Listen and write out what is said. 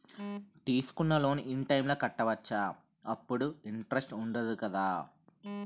తీసుకున్న loan in time లో కట్టవచ్చ? అప్పుడు ఇంటరెస్ట్ వుందదు కదా?